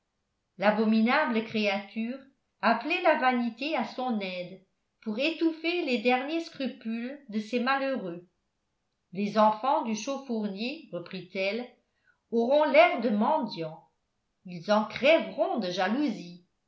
l'abominable créature appelait la vanité à son aide pour étouffer les derniers scrupules de ces malheureux les enfants du chaufournier reprit-elle auront l'air de mendiants ils en crèveront de jalousie